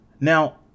Now